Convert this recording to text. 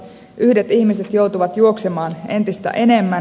yhdet ihmiset joutuvat juoksemaan entistä enemmän